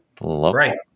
Right